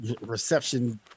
reception